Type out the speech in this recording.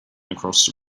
across